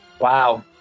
Wow